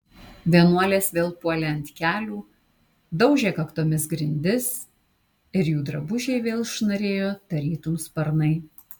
vienuolės vėl puolė ant kelių daužė kaktomis grindis ir jų drabužiai vėl šnarėjo tarytum sparnai